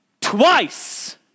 Twice